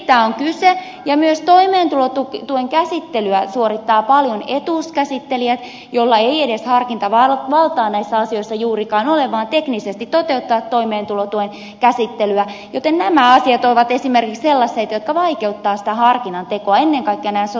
siitä on kyse ja myös toimeentulotuen käsittelyä suorittavat paljon etuuskäsittelijät joilla ei ole juurikaan edes harkintavaltaa näissä asioissa vaan teknisesti toteuttavat toimeentulotuen käsittelyä joten esimerkiksi nämä asiat ovat sellaiset jotka vaikeuttavat sitä harkinnan tekoa ennen kaikkea nämä sosiaalityön resurssit